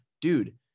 dude